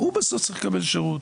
הוא צריך לקבל שירות,